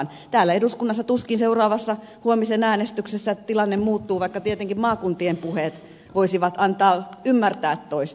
tuskin täällä eduskunnassa seuraavassa huomisen äänestyksessä tilanne muuttuu vaikka tietenkin maakuntien puheet voisivat antaa ymmärtää toista